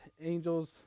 angels